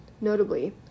Notably